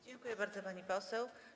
Dziękuję bardzo, pani poseł.